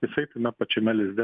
jisai tame pačiame lizde